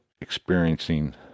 experiencing